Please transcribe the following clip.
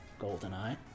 Goldeneye